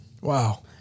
Wow